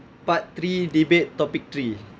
part three debate topic three